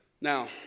Now